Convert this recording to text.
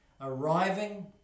arriving